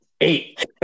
eight